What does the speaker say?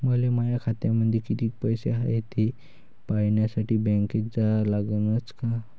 मले माया खात्यामंदी कितीक पैसा हाय थे पायन्यासाठी बँकेत जा लागनच का?